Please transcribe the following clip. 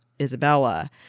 Isabella